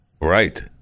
Right